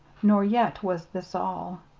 nor yet was this all.